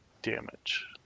damage